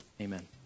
Amen